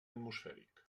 atmosfèric